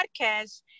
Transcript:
podcast